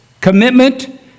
commitment